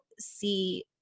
see